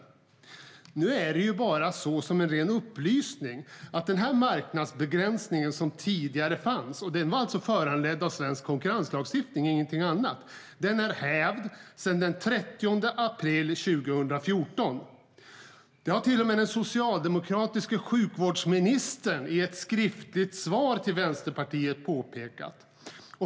Som en ren upplysning vill jag dock nämna att den marknadsbegränsning som tidigare fanns, och som var föranledd av svensk konkurrenslagstiftning, ingenting annat, är hävd sedan den 30 april 2014. Det har till och med den socialdemokratiska sjukvårdsministern i ett skriftligt svar till Vänsterpartiet påpekat.